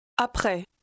Après